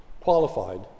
qualified